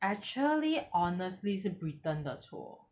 actually honestly 是 britain 的错